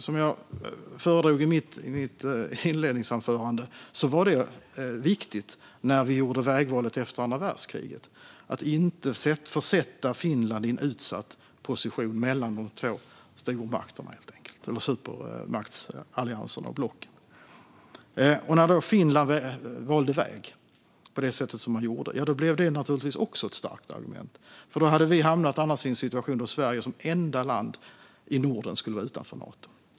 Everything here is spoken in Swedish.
Som jag föredrog i mitt inledningsanförande var det viktigt när vi gjorde vägvalet efter andra världskriget att inte försätta Finland i en utsatt position mellan de två stormakterna eller supermaktsallianserna och blocken. När då Finland valde väg på det sätt som man gjorde blev det naturligtvis också ett starkt argument. Annars hade vi hamnat i en situation där Sverige som enda land i Norden skulle vara utanför Nato.